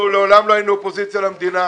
אנחנו לעולם לא היינו אופוזיציה למדינה.